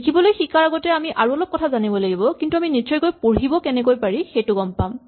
লিখিবলৈ শিকাৰ আগতে আমি আৰু অলপ কথা জানিব লাগিব কিন্তু আমি নিশ্চয়কৈ পঢ়িব কেনেকৈ পাৰি সেইটো গম পাম